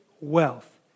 wealth